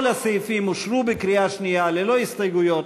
כל הסעיפים אושרו בקריאה שנייה ללא הסתייגויות.